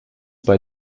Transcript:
bei